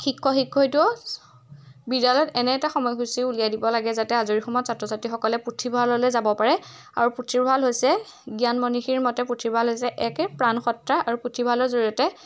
শিক্ষক শিক্ষত্ৰীয়েও বিদ্যালয়ত এনে এটা সময়সূচী উলিয়াই দিব লাগে যাতে আজৰি সময়ত ছাত্ৰ ছাত্ৰীসকলে পুথিভঁৰাললৈ যাব পাৰে আৰু পুথিভঁৰাল হৈছে জ্ঞান মণিষীৰ মতে পুথিভঁৰাল হৈছে একে প্ৰাণসত্ৰা আৰু পুথিভঁৰালৰ জৰিয়তে